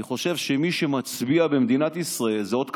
אני חושב שמי שמצביע במדינת ישראל זה אות כבוד,